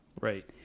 Right